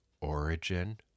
origin